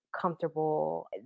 comfortable